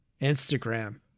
Instagram